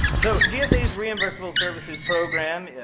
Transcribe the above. so gsa's reimbursable services program,